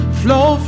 flow